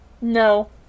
No